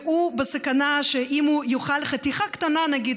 והוא בסכנה שאם הוא יאכל חתיכה קטנה נגיד